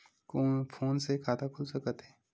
Phone से खाता खुल सकथे?